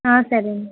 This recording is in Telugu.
సరే